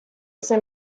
ese